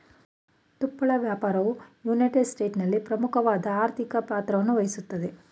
ತುಪ್ಪಳ ವ್ಯಾಪಾರವು ಯುನೈಟೆಡ್ ಸ್ಟೇಟ್ಸ್ನಲ್ಲಿ ಪ್ರಮುಖವಾದ ಆರ್ಥಿಕ ಪಾತ್ರವನ್ನುವಹಿಸ್ತದೆ